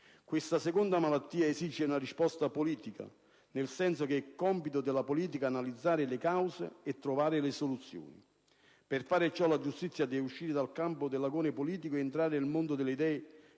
Questa seconda malattia esige una risposta politica, nel senso che è compito della politica analizzare le cause e trovare le soluzioni. Per fare ciò la giustizia deve uscire dal campo dell'agone politico e entrare nel mondo delle idee